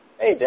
Hey